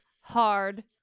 hard